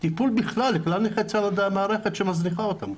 טיפול בכלל לכלל נכי צה"ל על ידי המערכת שמזניחה אותם.